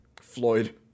Floyd